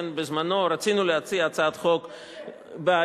בזמנו רצינו להציע הצעת חוק בניסוח,